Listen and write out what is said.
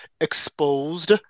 exposed